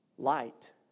Light